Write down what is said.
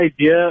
idea